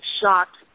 shocked